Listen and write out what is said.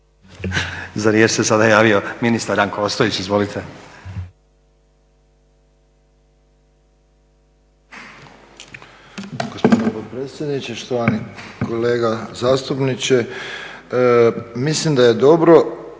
Za riječ se sada javio ministar Ranko Ostojić. Izvolite.